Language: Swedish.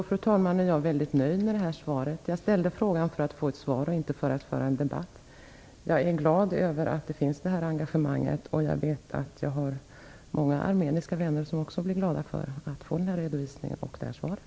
Fru talman! Jag är mycket nöjd med svaret. Jag ställde frågan för att få ett svar och inte för att föra en debatt. Jag är glad över att det här engagemanget finns. Jag vet att jag har många armeniska vänner som också blir glada över att få den här redovisningen och det här svaret.